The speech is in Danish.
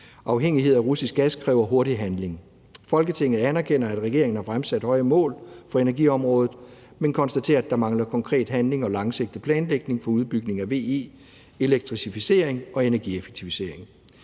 energiafhængighed af russisk gas kræver hurtigere handling. Folketinget anerkender, at regeringen har fremsat høje mål for energiområdet, men konstaterer, at der mangler konkret handling og langsigtet planlægning for udbygningen af VE, elektrificering og energieffektivisering.